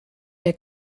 der